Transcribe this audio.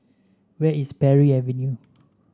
where is Parry Avenue